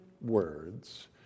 words